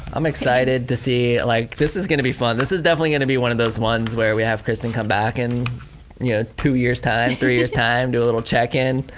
i'm excited to see, like this is gonna be fun. this is definitely gonna be one of those ones where we have kristin come back in yeah two years time, three years time, do a little check in,